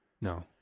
No